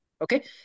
okay